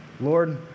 Lord